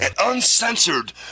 uncensored